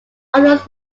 others